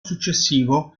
successivo